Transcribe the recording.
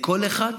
לכל אחד,